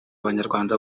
abanyarwanda